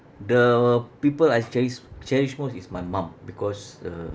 the people I cheris~ cherish most is my mum because uh